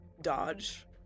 dodge